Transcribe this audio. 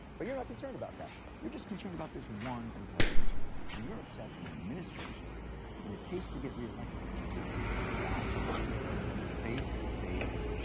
but, you are not concerned about that. you are just concerned about this one intelligence failure and you are upset that the and administration in its haste to get reelected pulled some dodgy face saving